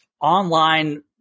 online